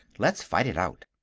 let's fight it out.